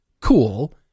cool